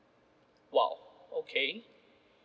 !wow! okay